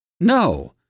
No